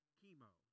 chemo